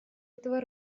этого